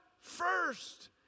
First